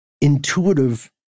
intuitive